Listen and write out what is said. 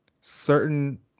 certain